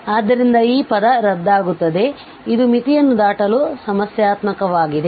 ಆದ್ದರಿಂದ ಈ ಪದ ರದ್ದಾಗುತ್ತದೆ ಇದು ಮಿತಿಯನ್ನು ದಾಟಲು ಸಮಸ್ಯಾತ್ಮಕವಾಗಿದೆ